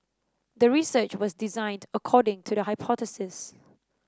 the research was designed according to the hypothesis